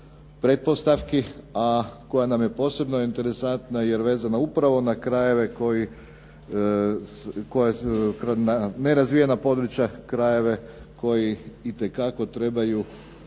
a koja nam je posebno interesantna jer je vezana upravo na krajeve, nerazvijene područja krajevi koji itekako trebaju